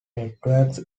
networks